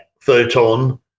photon